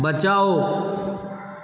बचाओ